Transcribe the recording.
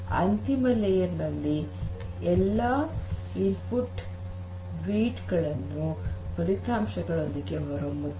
ಅಂತಿಮ ಪದರ ಎಲ್ಲ ಇನ್ಪುಟ್ ವೆಯಿಟ್ ಗಳನ್ನೂ ಫಲಿತಾಂಶಗಳೊಂದಿಗೆ ಹೊರಹೊಮ್ಮುತ್ತದೆ